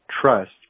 trust